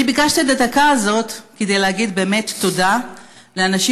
אני ביקשתי את הדקה הזאת כדי להגיד באמת תודה לאנשים